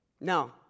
no